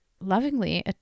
lovingly